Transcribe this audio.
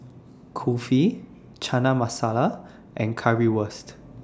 Kulfi Chana Masala and Currywurst